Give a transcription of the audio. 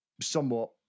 somewhat